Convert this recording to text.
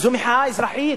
זו מחאה אזרחית.